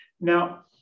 Now